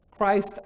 Christ